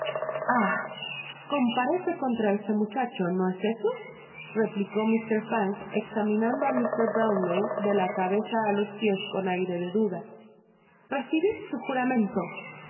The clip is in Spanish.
comparece contra ese muchacho no es eso replicó mr fang examinando á mr brownlow de la cabeza á los piés con aire de duda recibid su juramento